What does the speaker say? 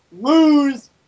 lose